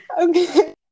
Okay